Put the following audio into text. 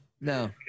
no